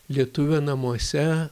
lietuvio namuose